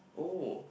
oh